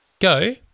go